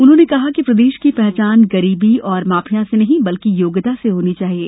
उन्होंने कहा कि प्रदेश की पहचान गरीबी और माफिया से नहीं बल्कि योग्यता से होनी चाहिये